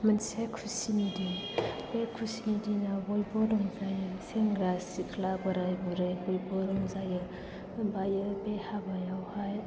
मोनसे खुसिनि दिन बे खुसिनि दिनाव बयबो रंजायो सेंग्रा सिख्ला बोराय बुरै बयबो रंजायो ओमफ्राय बे हाबायावहाय